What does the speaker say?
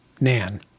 Nan